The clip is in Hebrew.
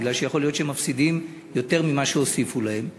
כי יכול להיות שהם מפסידים יותר ממה שהוסיפו להם.